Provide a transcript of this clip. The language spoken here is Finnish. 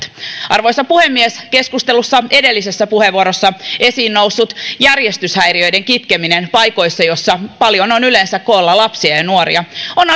arvoisa puhemies keskustelussa edellisessä puheenvuorossa esiin noussut järjestyshäiriöiden kitkeminen paikoissa joissa on yleensä koolla paljon lapsia ja ja nuoria on